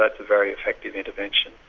that's a very effective intervention,